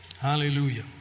Hallelujah